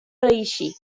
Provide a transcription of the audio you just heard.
reeixir